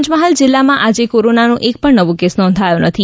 પંચમહાલ જિલ્લામાં આજે કોરોનાનો એક પણ નવો કેસ નોંધાયો નથી